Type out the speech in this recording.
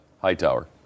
Hightower